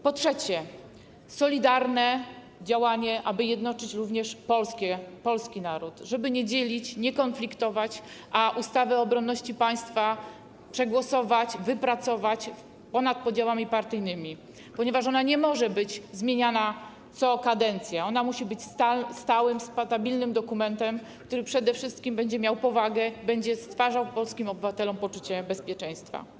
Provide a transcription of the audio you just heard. Po trzecie, solidarne działanie, aby jednoczyć również polski naród, żeby nie dzielić, nie konfliktować, a ustawę o obronności państwa przegłosować, wypracować ponad podziałami partyjnymi, ponieważ ona nie może być zmieniana co kadencję, ona musi być stałym, stabilnym dokumentem, który przede wszystkim będzie miał powagę, będzie stwarzał polskim obywatelom poczucie bezpieczeństwa.